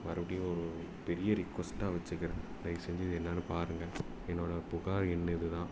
மறுபடியும் ஒரு பெரிய ரிக்வஸ்ட்டாக வச்சுக்கிறேன் தயவு செஞ்சு இது என்னென்னுப் பாருங்கள் என்னோடயப் புகார் எண் இதுதான்